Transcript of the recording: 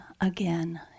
again